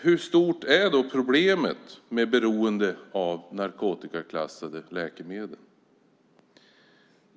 Hur stort är då problemet med beroende av narkotikaklassade läkemedel?